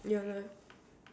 ya lor